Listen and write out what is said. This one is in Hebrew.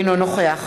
אינו נוכח